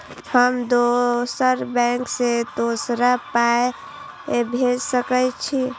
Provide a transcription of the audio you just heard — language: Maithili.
हम दोसर बैंक से दोसरा के पाय भेज सके छी?